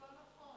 הנתון לא נכון,